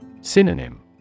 Synonym